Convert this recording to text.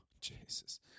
Jesus